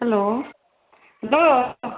hello hello